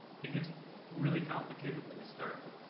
it gets really complicated when you start